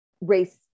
race